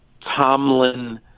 Tomlin